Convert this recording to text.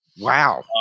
Wow